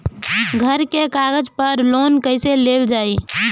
घर के कागज पर लोन कईसे लेल जाई?